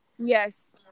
yes